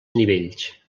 nivells